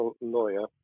lawyer